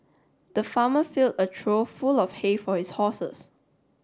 the farmer filled a through full of hay for his horses